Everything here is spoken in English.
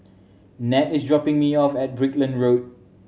Nat is dropping me off at Brickland Road